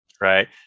Right